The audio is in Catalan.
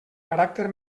caràcter